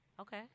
Okay